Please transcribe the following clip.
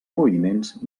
moviments